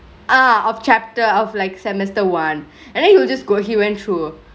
ah of chapter of like semester one and then he will just go he went through